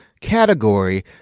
category